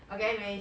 okay anyway